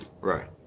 Right